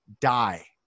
die